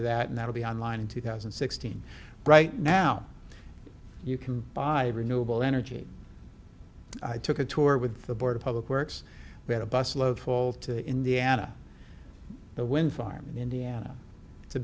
to that and that will be on line in two thousand and sixteen right now you can buy renewable energy i took a tour with the board of public works better bus load fall to indiana the wind farm in indiana it's a